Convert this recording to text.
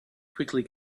quickly